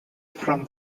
from